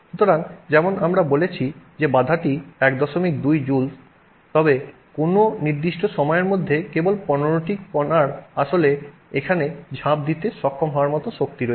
সুতরাং যেমন আমরা বলেছি যে বাধাটি ছিল 12 জুলস তবে কোনও নির্দিষ্ট সময়ের মধ্যে কেবল 15 টি কণার আসলে এখানে ঝাঁপ দিতে সক্ষম হওয়ার মতো শক্তি রয়েছে